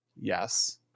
Yes